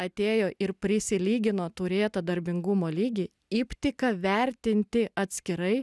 atėjo ir prisilygino turėtą darbingumo lygį iptiką vertinti atskirai